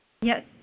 Yes